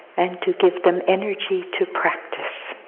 and to give them energy to practice.